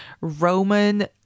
roman